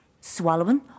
Swallowing